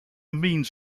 means